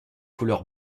couleur